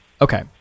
Okay